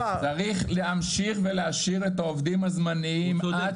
צריך להמשיך ולהשאיר את העובדים הזמניים עד